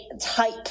type